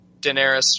Daenerys